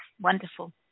wonderful